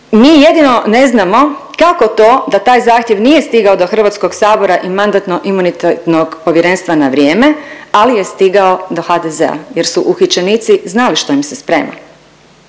Mi jedino ne znamo kako to da taj zahtjev nije stigao do Hrvatskog sabora i Mandatno-imunitetnog povjerenstva na vrijeme, ali je stigao do HDZ-a jer su uhićenici znali što im se sprema.